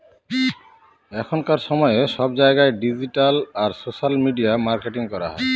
এখনকার সময়ে সব জায়গায় ডিজিটাল আর সোশ্যাল মিডিয়া মার্কেটিং করা হয়